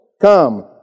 Come